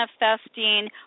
manifesting